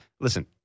listen